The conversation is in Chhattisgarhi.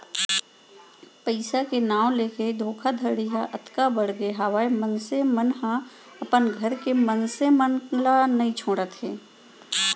पइसा के नांव लेके धोखाघड़ी ह अतका बड़गे हावय मनसे मन ह अपन घर के मनसे मन ल नइ छोड़त हे